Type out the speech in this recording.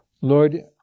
Lord